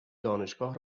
دانشگاه